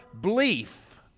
belief